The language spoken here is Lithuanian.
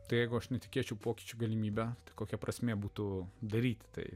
tai jeigu aš netikėčiau pokyčių galimybę tai kokia prasmė būtų daryti tai